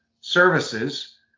services